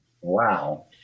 Wow